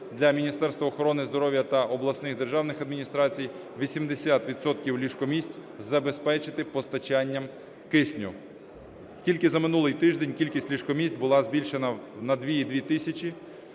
для Міністерства охорони здоров'я та обласних державних адміністрацій 80 відсотків ліжко-місць забезпечити постачанням кисню. Тільки за минулий тиждень кількість ліжко-місць була збільшена на 2,2 тисячі.